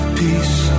peace